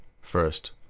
First